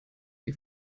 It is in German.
die